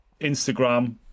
Instagram